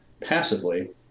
passively